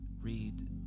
read